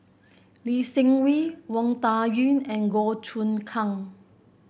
Lee Seng Wee Wang Dayuan and Goh Choon Kang